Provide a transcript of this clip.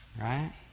right